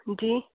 जी